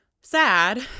sad